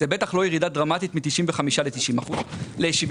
זאת בטח לא ירידה דרמטית מ-95 ל-70 אחוזים.